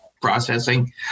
processing